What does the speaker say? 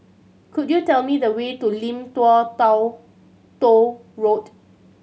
could you tell me the way to Lim Tua Tow Road